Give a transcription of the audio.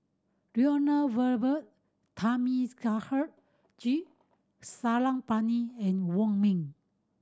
Lloyd Valberg Thamizhavel G Sarangapani and Wong Ming